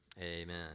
Amen